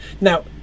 Now